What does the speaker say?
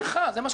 זה מה שכתוב פה.